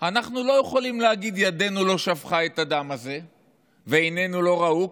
אנחנו לא יכולים להגיד "ידינו לא שפכה את הדם הזה ועינינו לא ראו,